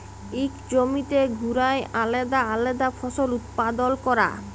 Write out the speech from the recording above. ইক জমিতে ঘুরায় আলেদা আলেদা ফসল উৎপাদল ক্যরা